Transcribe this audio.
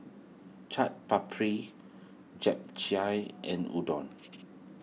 Chaat Papri Japchae and Udon